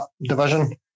division